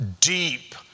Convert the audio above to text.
deep